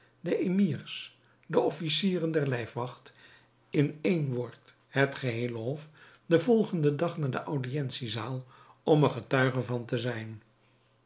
de emirs de officieren der lijfwacht in een woord het geheele hof den volgenden dag naar de audientiezaal om er getuige van te zijn